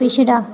पिछड़ा